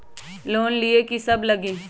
Loan लिए की सब लगी?